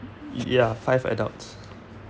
ya five adults